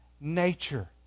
nature